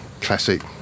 classic